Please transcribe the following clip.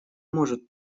может